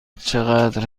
چقدر